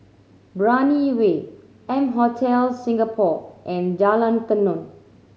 Brani Way M Hotel Singapore and Jalan Tenon